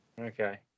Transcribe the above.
Okay